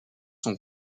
son